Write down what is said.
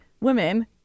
women